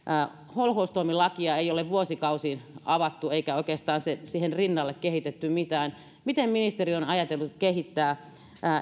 holhoustoimilakia ei ole vuosikausiin avattu eikä oikeastaan siihen rinnalle kehitetty mitään miten ministeri on ajatellut kehittää